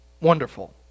Wonderful